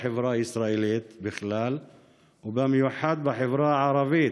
בחברה הישראלית בכלל ובמיוחד בחברה הערבית,